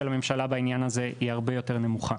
הממשלה בעניין הזה היא הרבה יותר נמוכה.